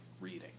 reading